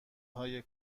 های